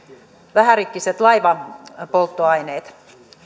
vähärikkiset laivapolttoaineet